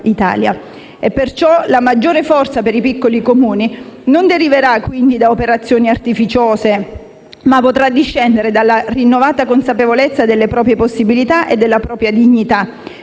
Italia. La maggior forza per i piccoli Comuni non deriverà quindi da operazioni artificiose, ma potrà discendere da una rinnovata consapevolezza delle proprie possibilità e della propria dignità,